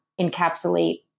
encapsulate